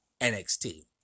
NXT